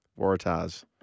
Waratahs